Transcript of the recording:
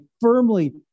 firmly